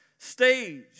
Stage